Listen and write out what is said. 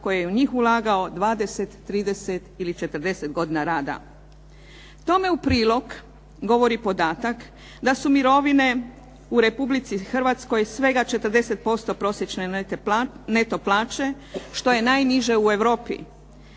koji je u njih ulagao 20, 30 ili 40 godina rada. Tome u prilog govori podatak da su mirovine u Republici Hrvatskoj svega 40% prosječne neto plaće što je najniže u Europi,